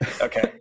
Okay